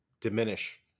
diminish